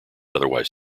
otherwise